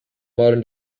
modern